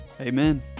Amen